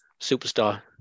superstar